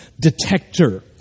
detector